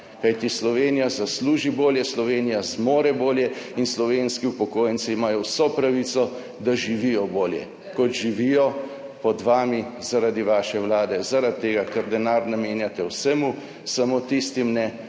kajti Slovenija zasluži bolje, Slovenija zmore bolje in slovenski upokojenci imajo vso pravico, da živijo bolje kot živijo pod vami zaradi vaše vlade, zaradi tega, ker denar namenjate vsemu, samo tistim ne,